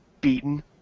beaten